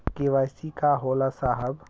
KYC का होला साहब?